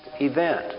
event